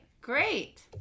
Great